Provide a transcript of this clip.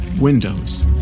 windows